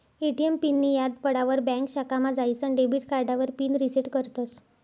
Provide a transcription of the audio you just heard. ATM पिननीं याद पडावर ब्यांक शाखामा जाईसन डेबिट कार्डावर पिन रिसेट करतस